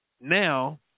now